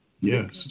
Yes